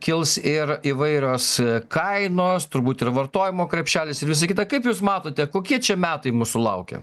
kils ir įvairios kainos turbūt ir vartojimo krepšelis ir visa kita kaip jūs matote kokie čia metai mūsų laukia